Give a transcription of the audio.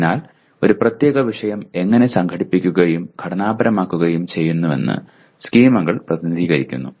അതിനാൽ ഒരു പ്രത്യേക വിഷയം എങ്ങനെ സംഘടിപ്പിക്കുകയും ഘടനാപരമാക്കുകയും ചെയ്യുന്നുവെന്ന് സ്കീമകൾ പ്രതിനിധീകരിക്കുന്നു